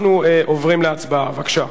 אנחנו עוברים להצבעה, בבקשה.